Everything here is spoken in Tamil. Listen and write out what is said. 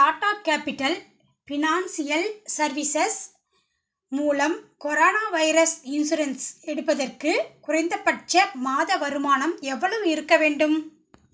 டாடா கேபிட்டல் ஃபினான்சியல் சர்வீசஸ் மூலம் கொரோனா வைரஸ் இன்சூரன்ஸ் எடுப்பதற்கு குறைந்தபட்ச மாத வருமானம் எவ்வளவு இருக்கவேண்டும்